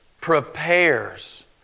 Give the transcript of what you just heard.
prepares